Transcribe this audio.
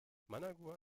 managua